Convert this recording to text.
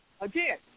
again